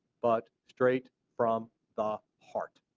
but straight from the heart.